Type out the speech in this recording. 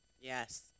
Yes